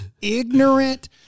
ignorant